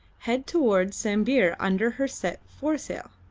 head towards sambir under her set foresail.